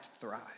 thrive